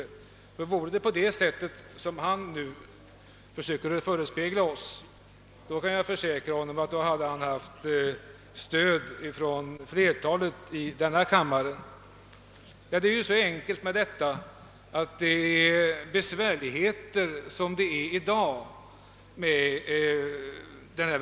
Om det förhöll sig på det sätt som herr Lundberg försökte förespegla kammaren, så kan jag försäkra att herr Lundberg skulle fått stöd av flertalet ledamöter.